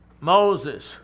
Moses